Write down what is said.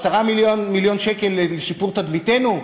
10 מיליון שקל לשיפור תדמיתנו?